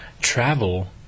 travel